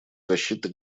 защиты